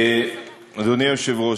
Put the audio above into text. אדוני היושב-ראש,